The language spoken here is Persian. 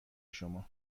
شما